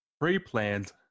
pre-planned